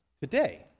today